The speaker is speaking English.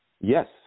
Yes